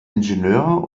ingenieur